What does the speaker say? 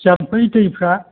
जाम्फै दैफ्रा